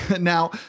Now